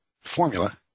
formula